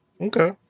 Okay